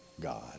God